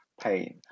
pain